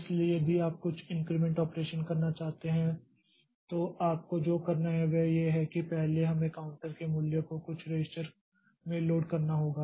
इसलिए यदि आप कुछ इनक्रिमेंट ऑपरेशन करना चाहते हैं तो आपको जो करना है वह यह है कि पहले हमें काउंटर के मूल्य को कुछ रजिस्टर में लोड करना होगा